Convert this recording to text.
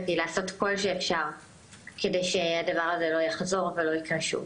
לעשות כל האפשר כדי שהדבר הזה לא יחזור ולא יקרה שוב.